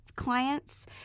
clients